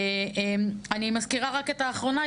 אני מזכירה רק את האחרונה,